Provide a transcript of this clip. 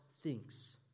thinks